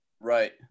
right